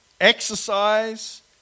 exercise